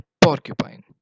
Porcupine